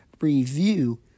review